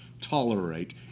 tolerate